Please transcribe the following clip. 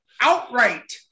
Outright